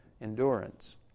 endurance